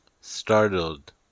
startled